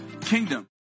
kingdom